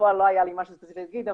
בפועל לא היה לי משהו ספציפי להגיד,